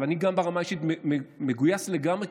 אבל אני גם ברמה האישית מגויס לגמרי,